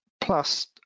plus